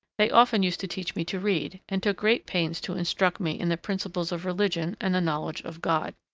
they often used to teach me to read, and took great pains to instruct me in the principles of religion and the knowledge of god.